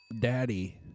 Daddy